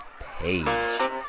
page